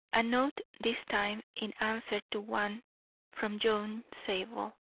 a note this time in answer to one from john zabel